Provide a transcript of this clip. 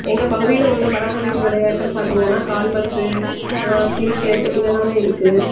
எங்கள் பகுதியில் உள்ள பராமரிப்பு விளையாட்டுன்னு பார்த்தீங்கன்னா கால்பந்து கிரிக்கெட் இது எல்லாமே இருக்குது